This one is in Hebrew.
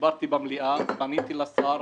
דיברתי במליאה ופניתי לשר.